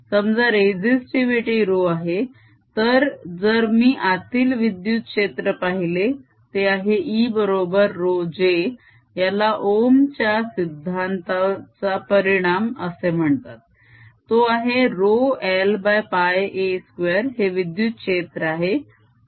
समजा रेसिस्टीविटी ρ आहे तर जर मी आतील विद्युत क्षेत्र पाहिले ते आहे E बरोबर ρJ याला ओहम च्या सिद्धांताचा परिणाम Ohm's law असे म्हणतात तो आहे ρIπa2 हे विद्युत क्षेत्र आहे